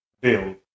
build